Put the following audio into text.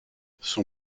son